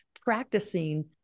practicing